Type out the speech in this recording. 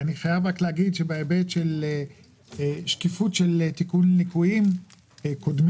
בהיבט של שקיפות של תיקון ליקוים קודמים